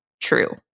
true